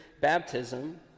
baptism